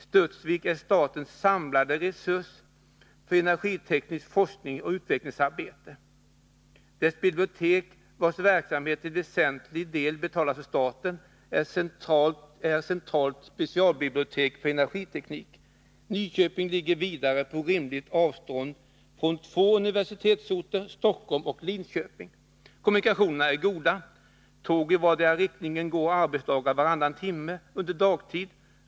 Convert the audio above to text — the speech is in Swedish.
Studsvik är statens samlade resurs för energitekniskt forskningsoch utvecklingsarbete . Dess bibliotek, vars verksamhet till väsentlig del betalas av staten, är centralt specialbibliotek för energiteknik. Nyköping ligger vidare på rimligt avstånd från två universitetsorter, Stockholm och Linköping. Kommunikationerna är goda. Tåg i vardera riktningen går arbetsdagar varannan timme under dagtid.